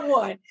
one